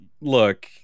look